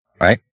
right